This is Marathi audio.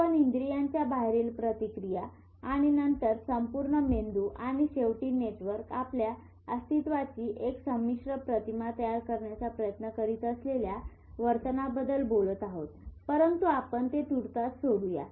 आपण इंद्रियांच्या बाहेरील प्रतिक्रिया आणि नंतर संपूर्ण मेंदू आणि शेवटी नेटवर्क आपल्या अस्तित्वाची एक संमिश्र प्रतिमा तयार करण्याचा प्रयत्न करीत असलेल्या वर्तनाबद्दल बोलत आहोत परंतु आपण ते तूर्तास सोडूया